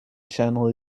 channel